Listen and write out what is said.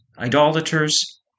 idolaters